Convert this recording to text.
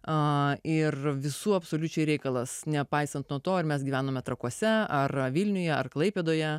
ir visų absoliučiai reikalas nepaisant nuo to ar mes gyvenom trakuose ar vilniuje ar klaipėdoje